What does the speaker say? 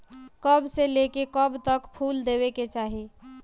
कब से लेके कब तक फुल देवे के चाही?